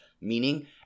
meaning